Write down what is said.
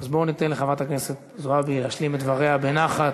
אז בואו ניתן לחברת הכנסת זועבי להשלים את דבריה בנחת.